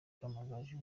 kamagaju